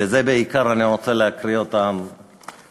ובעיקר אני רוצה להקריא את זה לתושבי